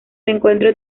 encuentro